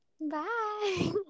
Bye